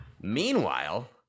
meanwhile